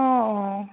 অঁ অঁ